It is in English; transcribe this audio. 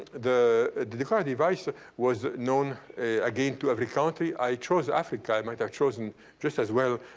the decorative device ah was known, again, to every country. i chose africa. i might have chosen just as well